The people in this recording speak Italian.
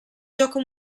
gioco